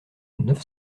neuf